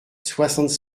soixante